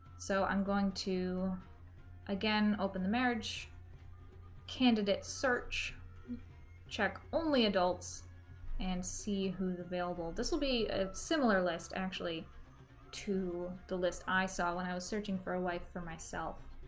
so i'm going to again open the marriage candidates search check only adults and see who's available this will be a similar list actually to the list i saw when i was searching for a wife for myself